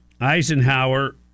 Eisenhower